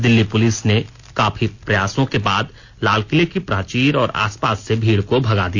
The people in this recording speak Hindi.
दिल्ली पुलिस ने काफी प्रयासों के बाद लालकिले की प्राचीर और आसपास से भीड़ को भगा दिया